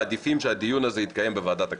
מעדיפים שהדיון הזה יתקיים בוועדת הכנסת.